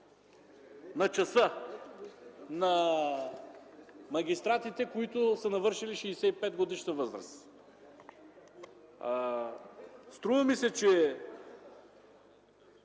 начаса, на магистратите, които са навършили 65-годишна възраст. Струва ми се, че